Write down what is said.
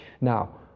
Now